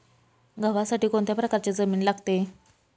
गव्हासाठी कोणत्या प्रकारची जमीन लागते?